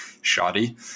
shoddy